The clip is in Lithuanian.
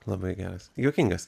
labai geras juokingas